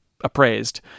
appraised